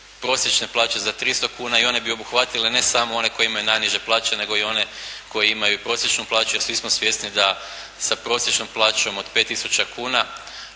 prosječne plaće za 300 kuna i one bi obuhvatile ne samo one koji imaju najniže plaće nego i one koji imaju prosječnu plaću, jer svi smo svjesni da sa prosječnom plaćom od 5 tisuća